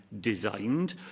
designed